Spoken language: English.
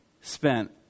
spent